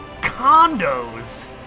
condos